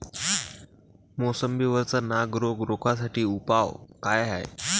मोसंबी वरचा नाग रोग रोखा साठी उपाव का हाये?